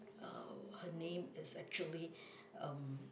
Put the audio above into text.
uh her name is actually um